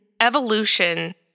Evolution